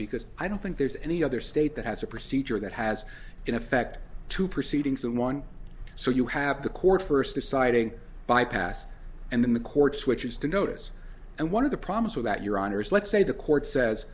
because i don't think there's any other state that has a procedure that has in effect two proceedings in one so you have the court first deciding bypass and then the court switches to notice and one of the problems with that your honour's let's say the court says